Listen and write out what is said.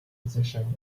position